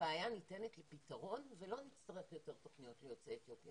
הבעיה ניתנת לפתרון לא נצטרך יותר תוכניות ליוצאי אתיופיה.